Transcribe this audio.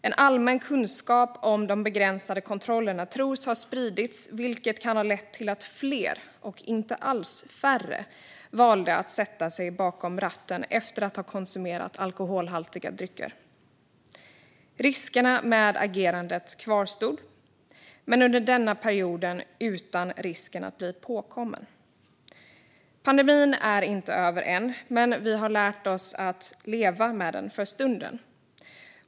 En allmän kunskap om de begränsade kontrollerna tros ha spridits, vilket kan ha lett till att fler - inte alls färre - valde att sätta sig bakom ratten efter att ha konsumerat alkoholhaltiga drycker. Riskerna med agerandet kvarstod men under denna period utan risken att bli påkommen. Pandemin är inte över än, men vi har lärt oss att leva med den för stunden.